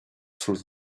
through